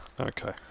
Okay